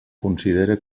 considere